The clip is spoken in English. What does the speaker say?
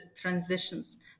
transitions